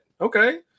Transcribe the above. Okay